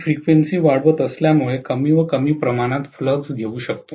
मी frequency वाढवत असल्यामुळे कमी व कमी प्रमाणात फ्लक्स घेऊ शकतो